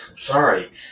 sorry